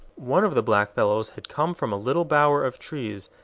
one of the blackfellows had come from a little bower of trees,